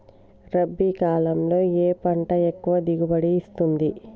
రబీ కాలంలో ఏ పంట ఎక్కువ దిగుబడి ఇస్తుంది?